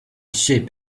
sheep